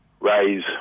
raise